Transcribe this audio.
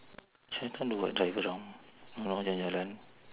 chinatown do what drive around if not jalan-jalan